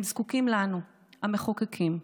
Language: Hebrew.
זקוקים לנו, המחוקקים,